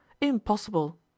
impossible